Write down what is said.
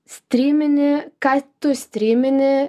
strymini ką tu strymini